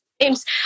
names